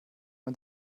man